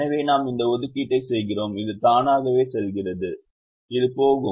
எனவே நாம் இந்த ஒதுக்கீட்டை செய்கிறோம் இது தானாகவே செல்கிறது இது போகும்